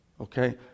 Okay